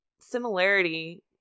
similarity